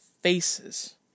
FACES